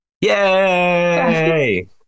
Yay